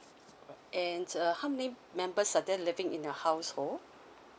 alright and uh how many members are there living in your household